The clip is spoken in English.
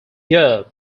year